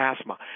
asthma